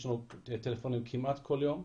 יש לנו טלפונים כמעט כל יום.